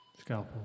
Scalpel